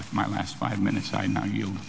with my last five minutes i know you